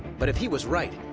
but if he was right,